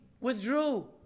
withdrew